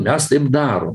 mes taip darom